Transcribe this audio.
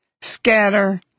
scatter